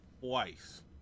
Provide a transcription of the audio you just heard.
twice